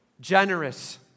Generous